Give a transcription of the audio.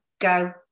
go